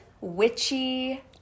witchy